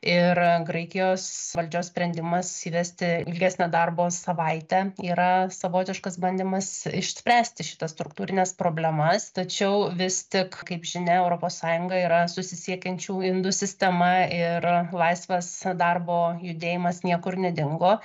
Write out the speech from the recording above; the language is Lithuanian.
ir graikijos valdžios sprendimas įvesti ilgesnę darbo savaitę yra savotiškas bandymas išspręsti šitas struktūrines problemas tačiau vis tik kaip žinia europos sąjunga yra susisiekiančių indų sistema ir laisvas darbo judėjimas niekur nedingo